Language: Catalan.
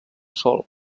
sòl